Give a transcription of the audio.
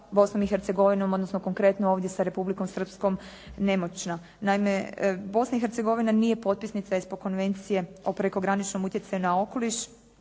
Bosnom i Hercegovinom, odnosno konkretno ovdje sa Republikom Srpskom nemoćna. Naime Bosna i Hercegovina nije potpisnica ESPO konvencije o prekograničnom utjecaju na okoliš